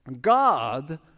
God